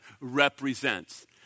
represents